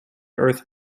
earth